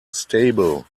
stable